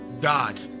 God